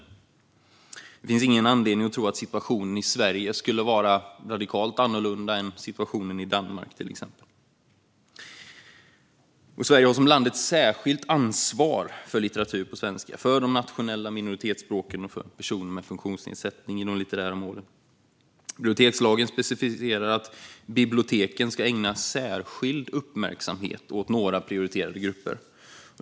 Det finns ingen anledning att tro att situationen i Sverige skulle vara radikalt annorlunda än den i Danmark. Sverige har som land ett särskilt ansvar för litteratur på svenska, för de nationella minoritetsspråken och för personer med funktionsnedsättning i de litterära målen. Bibliotekslagen specificerar att biblioteken ska ägna särskild uppmärksamhet åt några prioriterade grupper.